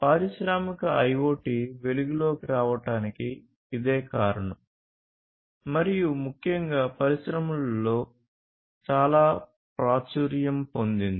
పారిశ్రామిక IoT వెలుగులోకి రావడానికి ఇదే కారణం మరియు ముఖ్యంగా పరిశ్రమలో చాలా ప్రాచుర్యం పొందింది